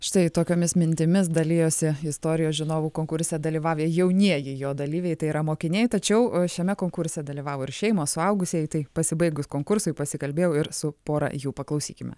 štai tokiomis mintimis dalijosi istorijos žinovų konkurse dalyvavę jaunieji jo dalyviai tai yra mokiniai tačiau šiame konkurse dalyvavo ir šeimos suaugusieji tai pasibaigus konkursui pasikalbėjau ir su pora jų paklausykime